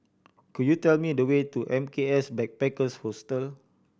could you tell me the way to M K S Backpackers Hostel